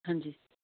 ਹਾਂਜੀ